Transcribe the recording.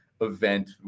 event